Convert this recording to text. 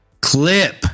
clip